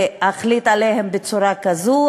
להחליט עליהם בצורה כזאת,